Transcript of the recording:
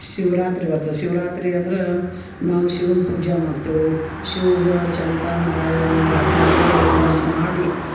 ಶಿವರಾತ್ರಿ ಬರ್ತದೆ ಶಿವರಾತ್ರಿ ಅಂದ್ರೆ ನಾವು ಶಿವನ ಪೂಜೆ ಮಾಡ್ತೇವೆ ಶಿವ್ಗೆ ಚಂತಾನ್ ಬಾಯಾಗೆ ನೀರು ಹಾಕಲಾರ್ದೆ ಉಪ್ವಾಸ ಮಾಡಿ